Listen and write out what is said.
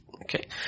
Okay